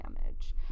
damage